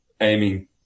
aiming